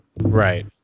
Right